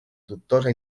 dubtosa